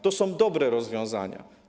To są dobre rozwiązania.